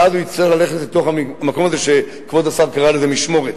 ואז הוא יצטרך ללכת לתוך המקום הזה שכבוד השר קרא לו "משמורת".